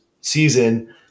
season